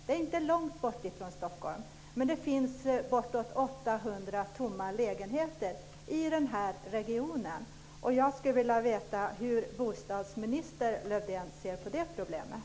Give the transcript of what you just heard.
Det är inte långt bort från Stockholm! Det finns bortåt 800 tomma lägenheter i den här regionen. Jag skulle vilja veta hur bostadsminister Lövdén ser på det problemet.